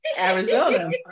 Arizona